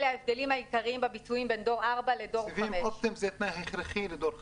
אלה ההבדלים העיקריים בביצועים בין דור ארבע לדור חמש.